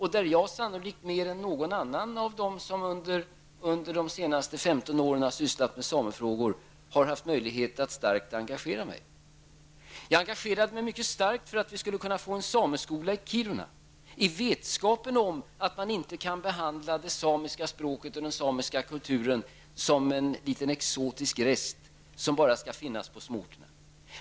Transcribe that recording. Jag har sannolikt mer än någon annan av de som under de senaste femton åren har sysslat med samefrågor haft möjlighet att starkt engagera mig. Jag har engagerat mig mycket starkt för att vi skulle kunna få en sameskola i Kiruna, i vetskapen om att man inte kan behandla det samiska språket och den samiska kulturen som en liten exotisk rest som bara skall finnas på småorterna.